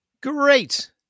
Great